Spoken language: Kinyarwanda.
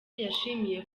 yashimiye